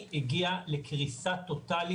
זה תלוי עכשיו באישור תוכנית